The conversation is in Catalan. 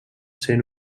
ser